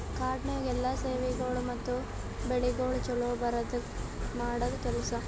ಕಾಡನ್ಯಾಗ ಎಲ್ಲಾ ಸೇವೆಗೊಳ್ ಮತ್ತ ಬೆಳಿಗೊಳ್ ಛಲೋ ಬರದ್ಕ ಮಾಡದ್ ಕೆಲಸ